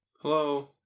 Hello